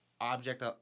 object